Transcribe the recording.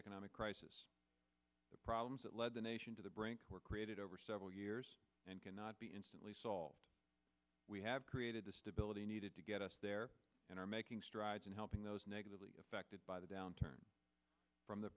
economic crisis the problems that lead the nation to the brink were created over several years and cannot be instantly solved we have created the stability needed to get us there and are making strides in helping those negatively affected by the downturn from the